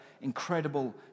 incredible